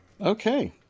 Okay